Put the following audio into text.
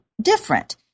different